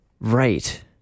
right